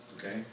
Okay